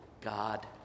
God